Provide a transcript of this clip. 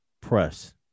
press